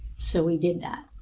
so we did that.